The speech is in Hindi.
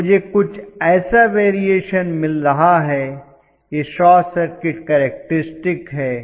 तो मुझे कुछ ऐसा वेरिएशन मिल रहा है यह शॉर्ट सर्किट केरक्टरिस्टिक्स है